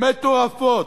מטורפות,